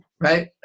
right